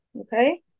okay